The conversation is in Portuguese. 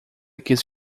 quis